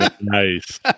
Nice